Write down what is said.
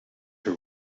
her